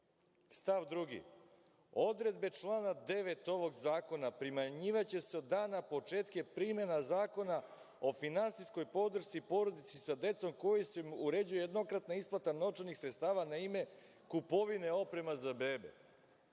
2. – odredbe člana 9. ovog zakona primenjivaće se od dana početka primene Zakona o finansijskoj podršci porodici sa decom, kojim se uređuje jednokratna isplata novčanih sredstava na ime kupovine opreme za bebe.